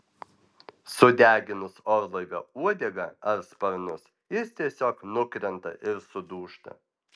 sudeginus orlaivio uodegą ar sparnus jis tiesiog nukrenta ir sudūžta